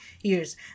years